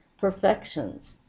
perfections